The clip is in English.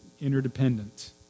interdependent